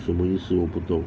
什么意思我不懂